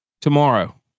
Tomorrow